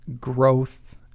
growth